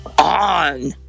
on